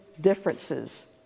differences